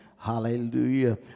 Hallelujah